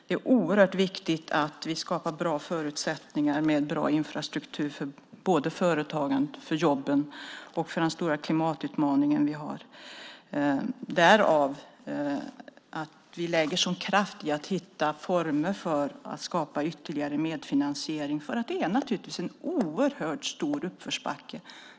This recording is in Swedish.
Det är oerhört viktigt att vi skapar bra förutsättningar med en bra infrastruktur för företagandet, för jobben och för den stora klimatutmaning som vi har. Därför lägger vi sådan kraft på att hitta former för att skapa ytterligare medfinansiering. Det är naturligtvis en oerhört stor uppförsbacke.